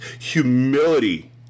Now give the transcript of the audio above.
Humility